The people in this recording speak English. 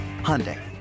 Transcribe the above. Hyundai